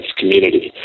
community